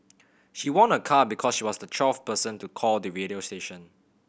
she won a car because she was the twelfth person to call the radio station